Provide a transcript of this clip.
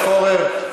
חבר הכנסת פורר,